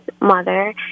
mother